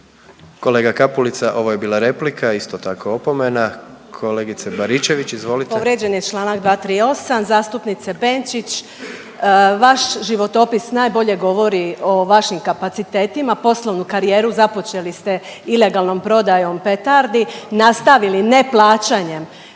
Kolega Kapulica, ovo je bila replika, isto tako opomena. Kolegice Baričević, izvolite. **Baričević, Danica (HDZ)** Povrijeđen je čl. 238, zastupniče Benčić, vaš životopis najbolje govori o vašim kapacitetima, poslovnu karijeru započeli ste ilegalnom prodajom petardi, nastavili neplaćanjem